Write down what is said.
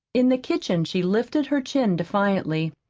in the kitchen she lifted her chin defiantly.